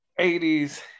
80s